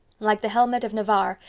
like the helmet of navarre,